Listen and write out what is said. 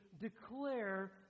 declare